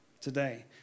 today